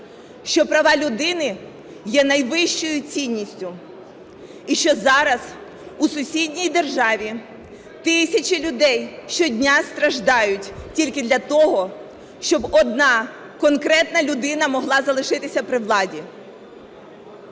що права людини є найвищою цінністю, і що зараз у сусідній державі тисячі людей щодня страждають тільки для того, щоб одна конкретна людина могла залишитися при владі.